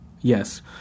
yes